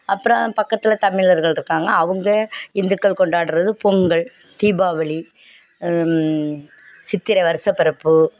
அப்புறம் பக்கத்தில் தமிழர்கள் இருக்காங்க அவங்க இந்துக்கள் கொண்டாடுகிறது பொங்கல் தீபாவளி சித்திரை வருஷப்பிறப்பு